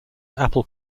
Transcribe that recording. apple